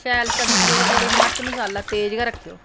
शैल सब्जियै च थोह्ड़ी मर्च मसाला तेज गै रक्खेओ